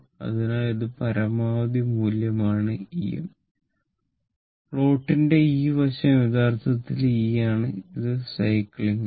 അതിനാൽ ഇത് പരമാവധി മൂല്യമാണ് Em പ്ലോട്ടിന്റെ ഈ വശം യഥാർത്ഥത്തിൽ E ആണ് ഇത് സൈക്ലിംഗ് ആണ്